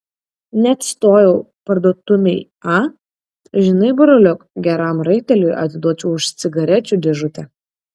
neatstojau parduotumei a žinai broliuk geram raiteliui atiduočiau už cigarečių dėžutę